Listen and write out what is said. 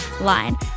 line